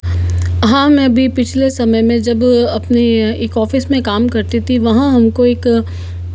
हाँ मैं भी पिछले समय में जब अपने एक ऑफ़िस में काम करती थी वहाँ हमको एक